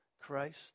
Christ